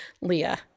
Leah